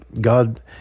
God